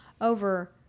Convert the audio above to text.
over